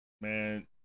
Man